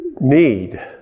need